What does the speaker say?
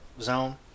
zone